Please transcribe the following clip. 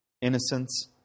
innocence